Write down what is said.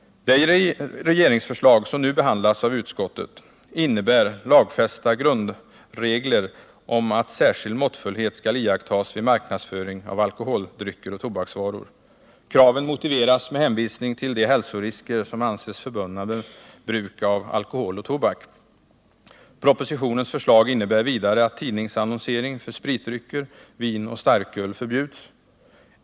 Det regeringsförslag som nu behandlats av utskottet innebär lagfästa grundregler om att särskild måttfullhet skall iakttagas vid marknadsföring av alkoholdrycker och tobaksvaror. Kraven motiveras med hänvisning till de hälsorisker som anses förbundna med bruk av alkohol och tobak. Propositionens förslag innebär vidare att tidningsannonsering för spritdrycker, vin och starköl förbjuds.